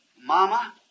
Mama